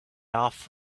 off